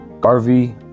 Garvey